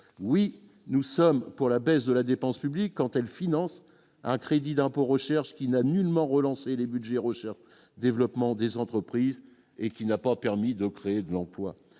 oui nous sommes pour la baisse de la dépense publique quand elle finance un crédit d'impôt recherche qui n'a nullement, relancé le budget recherche et développement des entreprises. Et qui n'a pas permis de créer de l'emploi,